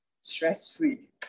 stress-free